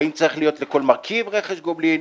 האם צריך להיות לכל מרכיב רכש גומלין,